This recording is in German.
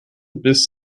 biss